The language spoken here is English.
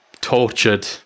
tortured